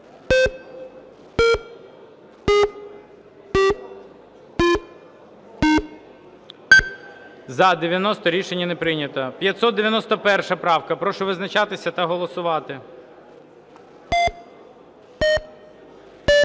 За-83 Рішення не прийнято. 534 правка. Прошу визначатися та голосувати.